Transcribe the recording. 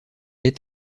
est